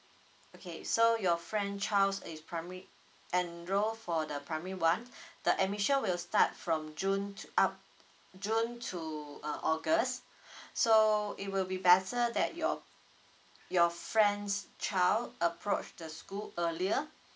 okay so your friend child is primary enrol for the primary one the admission will start from june to up june to uh august so it will be better that your your friend's child approach the school earlier